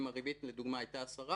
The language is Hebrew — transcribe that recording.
אם הריבית לדוגמה הייתה 10%,